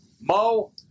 Mo